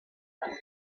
them